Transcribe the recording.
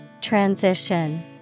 Transition